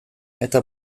eta